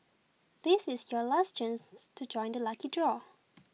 this is your last chance to join the lucky draw